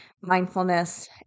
mindfulness